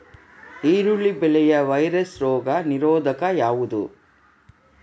ಈರುಳ್ಳಿ ಬೆಳೆಯ ವೈರಸ್ ರೋಗ ನಿರೋಧಕ ಯಾವುದು?